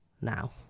now